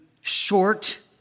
short